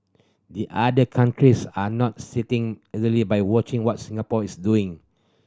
the other countries are not sitting idly by watching what Singapore is doing